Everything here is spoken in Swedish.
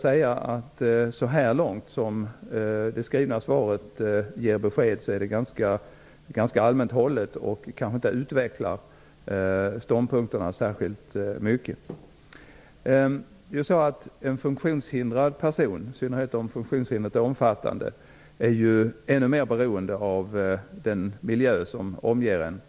Så långt som det skrivna svaret ger besked är det ganska allmänt hållet, och ståndpunkterna utvecklas inte särskilt mycket. En funktionshindrad person är, i synnerhet om funktionshindret är omfattande, ännu mer beroende av den miljö som omger honom